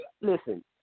Listen